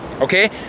okay